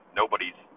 nobody's